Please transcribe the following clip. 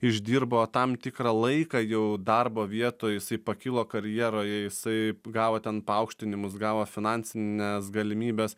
išdirbo tam tikrą laiką jau darbo vietoj jisai pakilo karjeroj jisai gavo ten paaukštinimus gavo finansines galimybes